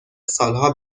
سالها